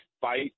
fight